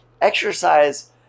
Exercise